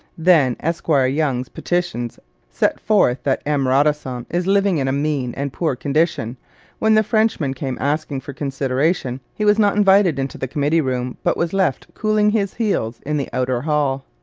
then esquire young's petitions set forth that m. radisson is living in a mean and poor condition when the frenchman came asking for consideration, he was not invited into the committee room, but was left cooling his heels in the outer hall.